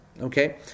Okay